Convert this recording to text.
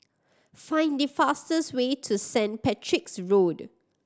find the fastest way to Saint Patrick's Road